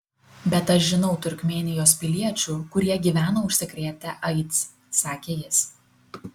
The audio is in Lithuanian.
bet aš žinau turkmėnijos piliečių kurie gyvena užsikrėtę aids sakė jis